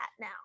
now